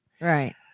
right